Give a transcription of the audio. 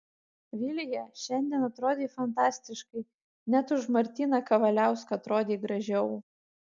vilija šiandien atrodei fantastiškai net už martyną kavaliauską atrodei gražiau